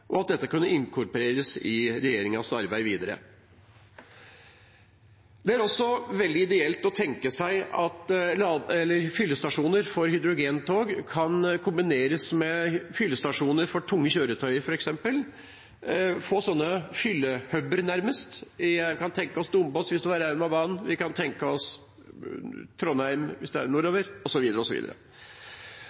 og at dette kunne inkorporeres i regjeringens arbeid videre. Det er også veldig ideelt å tenke seg at fyllestasjoner for hydrogentog kan kombineres med fyllestasjoner for f.eks. tunge kjøretøyer – få fyllehuber, nærmest. Vi kan tenke oss Dombås hvis det var Raumabanen, vi kan tenke oss Trondheim hvis det er nordover,